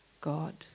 God